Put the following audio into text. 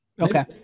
Okay